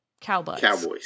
Cowboys